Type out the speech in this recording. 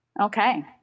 Okay